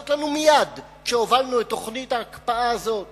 לנו מייד כשהובלנו את תוכנית ההקפאה הזאת